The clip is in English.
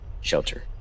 Shelter